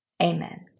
Amen